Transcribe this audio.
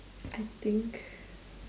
I think